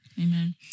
Amen